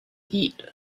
eat